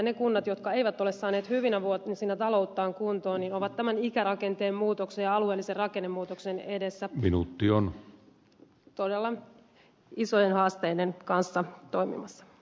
ne kunnat jotka eivät ole saaneet hyvinä vuosina talouttaan kuntoon ovat tämän ikärakenteen muutoksen ja alueellisen rakennemuutoksen edessä todella isojen haasteiden kanssa toimimassa